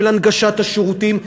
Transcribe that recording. של הנגשת השירותים,